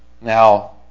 Now